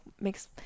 makes